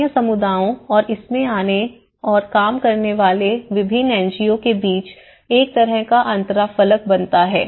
स्थानीय समुदायों और इसमें आने और काम करने वाले विभिन्न एन जी ओ के बीच एक तरह का अंतराफलक बनता है